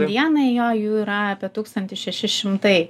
dienai jo jų yra apie tūkstantį šeši šimtai